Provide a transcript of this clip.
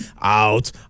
out